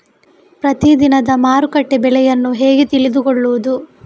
ಪ್ರತಿದಿನದ ಮಾರುಕಟ್ಟೆ ಬೆಲೆಯನ್ನು ಹೇಗೆ ತಿಳಿದುಕೊಳ್ಳುವುದು?